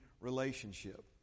relationship